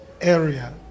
area